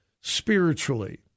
spiritually